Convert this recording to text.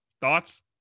Thoughts